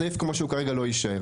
הסעיף כמו שהוא כרגע לא יישאר,